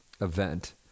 event